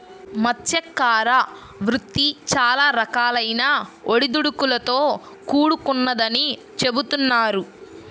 మత్స్యకార వృత్తి చాలా రకాలైన ఒడిదుడుకులతో కూడుకొన్నదని చెబుతున్నారు